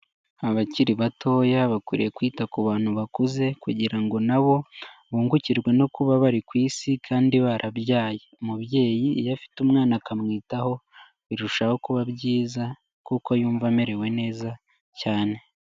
Abakiri batoya bakwiriye kwita ku bantu bakuze kugira ngo nabo bungukirwe no kuba bari ku isi kandi barabyaye, umubyeyi iyo afite umwana akamwitaho birushaho kuba byiza kuko yumva amerewe neza cyane.